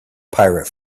pirate